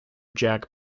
jack